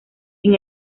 sin